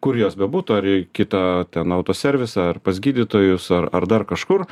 kur jos bebūtų ar į kitą ten autoservisą ar pas gydytojus ar ar dar kažkur